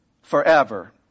forever